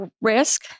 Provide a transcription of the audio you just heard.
risk